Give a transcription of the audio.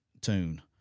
tune